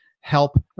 help